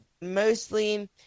mostly